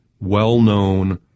well-known